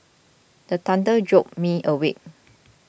the thunder jolt me awake